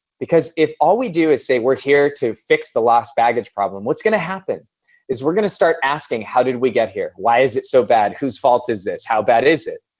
because if all we do is say we're here to fix the lost baggage problem, what's gonna happen is we're gonna start asking how did we get here? why is it so bad? whose fault is this? how bad is it?